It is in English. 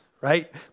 right